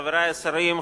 חברי השרים,